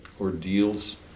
ordeals